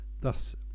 Thus